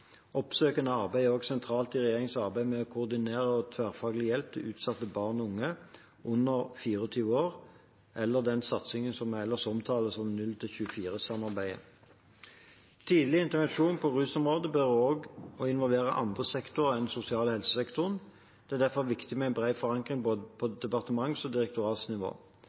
Oppsøkende arbeid er også sentralt i regjeringens arbeid med koordinert og tverrfaglig hjelp til utsatte barn og unge under 24 år, den satsingen som ellers omtales som 0–24-samarbeidet. Tidlig intervensjon på rusområdet berører og involverer andre sektorer enn sosial- og helsesektoren. Det er derfor viktig med en bred forankring på både departements- og direktoratsnivå.